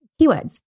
keywords